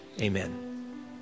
Amen